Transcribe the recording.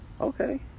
Okay